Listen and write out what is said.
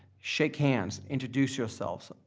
shake hands, introduce yourselves,